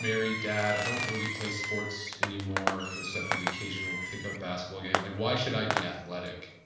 married dad, i don't really play sports anymore except for the occasional pickup basketball game, like why should i be athletic?